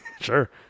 Sure